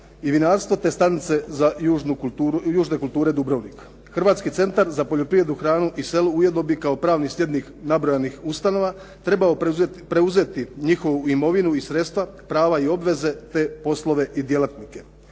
i vinarstvo te Stanice za južne kulture Dubrovnika. Hrvatski centar za poljoprivredu, hranu i selo ujedno bi kao pravni slijednik nabrojanih ustanova trebao preuzeti njihovu imovinu i sredstva, prava i obveze te poslove i djelatnike.